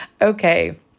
Okay